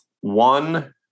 One